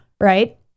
right